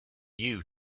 you